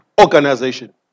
organization